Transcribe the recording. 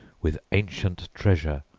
with ancient treasure,